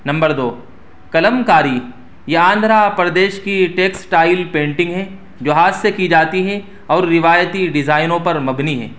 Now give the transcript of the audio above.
number دو Kalamkari یہ آندھرا پردیش کی ٹیکسٹائل پینٹنگ ہے جو ہاتھ سے کی جاتی ہے اور روایتی ڈیزائنوں پر مبنی ہے